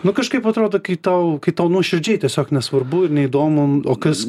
nu kažkaip atrodo kai tau kai tau nuoširdžiai tiesiog nesvarbu ir neįdomu o kas